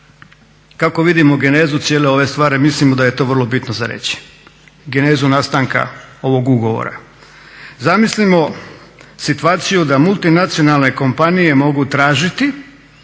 kako vidimo genezu cijele ove stvari mislimo da je to vrlo bitno za reći, genezu nastanka ovog ugovora. Zamislimo situaciju da multinacionalne kompanije mogu tražiti